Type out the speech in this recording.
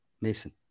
Mason